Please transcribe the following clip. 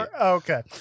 Okay